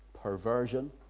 perversion